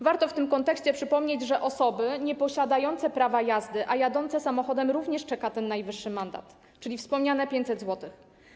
Warto w tym kontekście przypomnieć, że osoby nieposiadające prawa jazdy, a jadące samochodem, również czeka ten najwyższy mandat, czyli wspomniane 500 zł.